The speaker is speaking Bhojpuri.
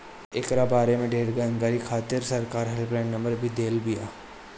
एकरा बारे में ढेर जानकारी खातिर सरकार हेल्पलाइन भी देले बिया